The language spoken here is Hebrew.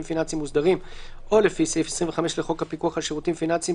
פיננסיים מוסדרים או לפי סעיף 25 לחוק הפיקוח על שירותים פיננסיים,